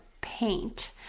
paint